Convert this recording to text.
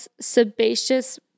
sebaceous